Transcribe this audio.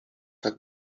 tak